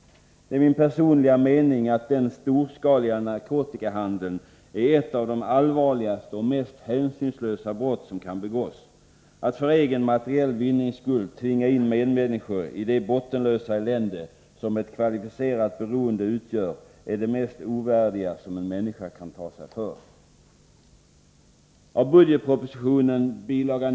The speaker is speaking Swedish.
Det är min personliga mening att den storskaliga narkotikahandeln är ett av de allvarligaste och mest hänsynslösa brott som kan begås. Att för egen materiell vinnings skull tvinga in medmänniskor i det bottenlösa elände som ett kvalificerat beroende utgör är det mest ovärdiga som en människa kan ta sig för. Av budgetpropositionen, bil.